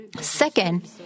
Second